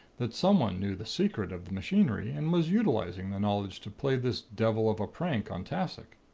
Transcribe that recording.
that someone knew the secret of the machinery, and was utilizing the knowledge to play this devil of a prank on tassoc.